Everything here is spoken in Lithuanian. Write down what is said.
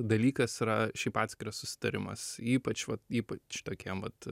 dalykas yra šiaip atskiras susitarimas ypač vat ypač tokiem vat